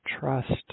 trust